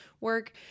work